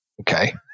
okay